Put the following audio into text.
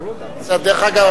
דרך אגב,